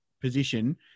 position